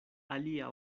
alia